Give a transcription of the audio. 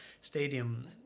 stadium